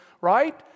right